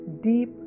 deep